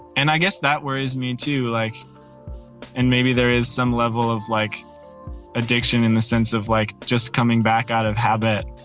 and i guess that worries me too. like and maybe there is some level of like addiction in the sense of like just coming back out of habit.